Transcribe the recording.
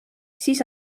siis